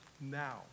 now